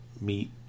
meet